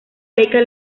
beca